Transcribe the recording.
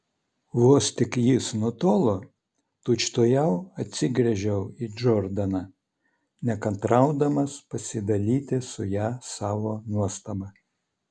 vos tik jis nutolo tučtuojau atsigręžiau į džordaną nekantraudamas pasidalyti su ja savo nuostaba